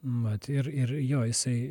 vat ir ir jo jisai